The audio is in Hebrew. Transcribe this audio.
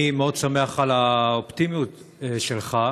אני מאוד שמח על האופטימיות שלך,